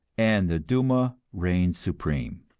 and the douma reigned supreme.